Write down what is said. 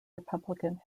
republican